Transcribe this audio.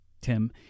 Tim